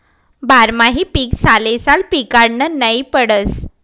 बारमाही पीक सालेसाल पिकाडनं नै पडस